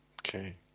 Okay